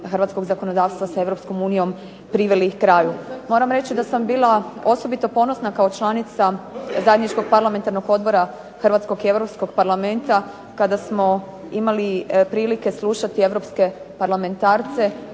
Hrvatskog zakonodavstva s Europskom unijom priveli kraju. Moram reći da sam bila osobito ponosna kao članica zajedničkog parlamentarnog odbora Hrvatskog i Europskog parlamenta kada smo imali prilike slušati Europske parlamentarce